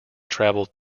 travelled